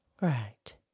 Right